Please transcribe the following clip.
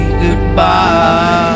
goodbye